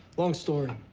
long story.